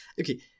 Okay